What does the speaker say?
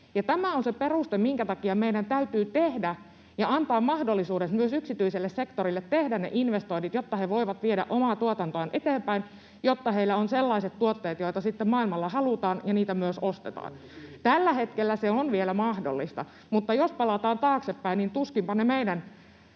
tämä on se peruste, minkä takia meidän täytyy tehdä ja antaa mahdollisuudet myös yksityiselle sektorille tehdä ne investoinnit, jotta he voivat viedä omaa tuotantoaan eteenpäin, jotta heillä on sellaiset tuotteet, joita sitten maailmalla halutaan ja joita myös ostetaan. Tällä hetkellä se on vielä mahdollista, mutta jos palataan taaksepäin, niin tuskinpa sitten